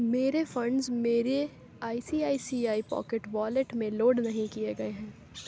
میرے فنڈز میرے I C I C I pocket wallet میں لوڈ نہیں کیے گئے ہیں